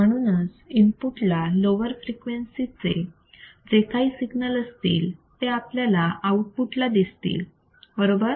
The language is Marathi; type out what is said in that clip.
म्हणूनच इनपुट ला लोवर फ्रिक्वेन्सी चे जे काही सिग्नल असतील ते आपल्याला आऊटपुटला दिसतील बरोबर